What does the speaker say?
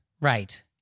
right